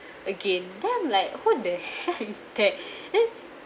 again then I'm like what the heck is that then